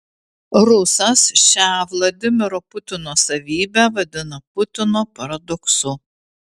rusas šią vladimiro putino savybę vadina putino paradoksu